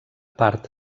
part